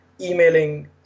emailing